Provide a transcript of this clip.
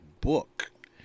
book